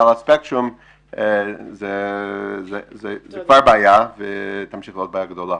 על הספקטרום זה כבר בעיה ותמשיך להיות בעיה גדולה.